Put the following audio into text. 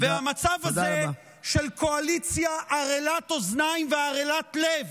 המצב הזה, של קואליציה ערלת אוזניים וערלת לב,